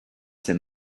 c’est